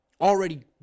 already